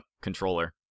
controller